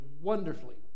wonderfully